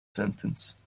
sentence